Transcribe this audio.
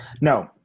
No